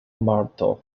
marto